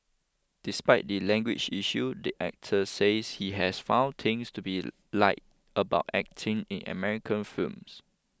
despite the language issue the actor says he has found things to be like about acting in American films